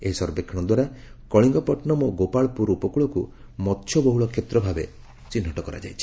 ଏହି ସର୍ଭେକ୍ଷଣ ଦ୍ୱାରା କଳିଙ୍ଗପଟନମ ଓ ଗୋପାଳପୁର ଉପକୂଳକୁ ମସ୍ୟବହୁଳ କ୍ଷେତ୍ର ଭାବେ ଚିହ୍ବଟ କରାଯାଇଛି